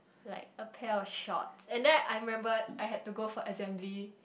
like a pair of shorts and then I remember I had to go for assembly